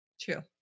True